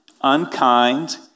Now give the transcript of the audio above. unkind